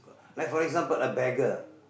like for example a beggar